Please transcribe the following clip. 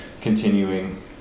continuing